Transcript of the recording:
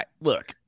look